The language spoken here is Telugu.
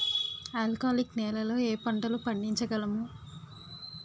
ఆల్కాలిక్ నెలలో ఏ పంటలు పండించగలము?